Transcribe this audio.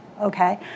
okay